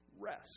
Rest